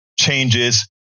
changes